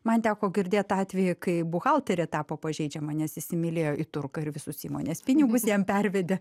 man teko girdėt atvejį kai buhalterė tapo pažeidžiama nes įsimylėjo į turką ir visus įmonės pinigus jam pervedė